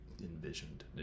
envisioned